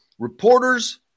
reporters